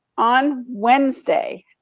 on wednesday,